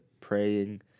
praying